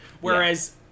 Whereas